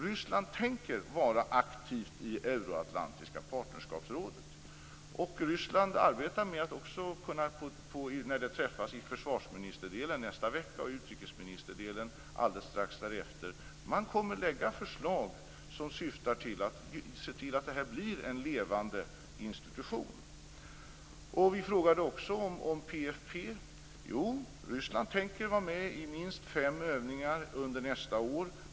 Ryssland tänker vara aktivt i det euroatlantiska partnerskapsrådet. Ryssland arbetar också med att, när man träffas i försvarsministerdelen nästa vecka och utrikesministerdelen strax därefter, lägga fram förslag som syftar till att se till det här blir en levande institution. Vi frågade också om PFF. Jo, Ryssland tänker vara med i minst fem övningar under nästa år.